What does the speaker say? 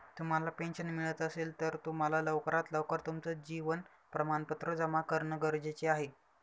तुम्हाला पेन्शन मिळत असेल, तर तुम्हाला लवकरात लवकर तुमचं जीवन प्रमाणपत्र जमा करणं गरजेचे आहे